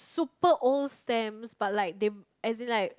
super old stamps but like they as in like